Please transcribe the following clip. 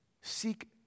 Seek